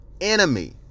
enemy